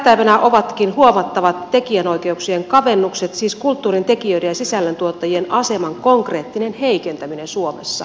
tähtäimenä ovatkin huomattavat tekijänoikeuksien kavennukset siis kulttuurintekijöiden ja sisällöntuottajien aseman konkreettinen heikentäminen suomessa